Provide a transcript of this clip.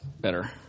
better